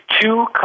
two